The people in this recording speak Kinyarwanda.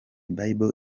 bible